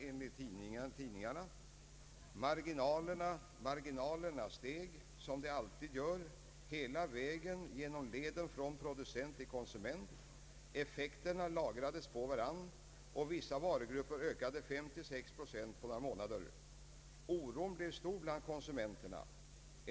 Enligt tidningarna sade han följande: ”Marginalerna steg — som de alltid gör — hela vägen genom leden från producent till konsument, effekterna lagrades på varann och vissa varugrupper ökade 5—6 procent på några månader. Oron blev stor bland konsumenterna.